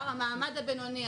--- המעמד הבינוני,